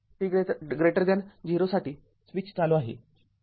तर आता t 0 साठी स्विच चालू आहे